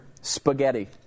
Spaghetti